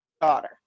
daughter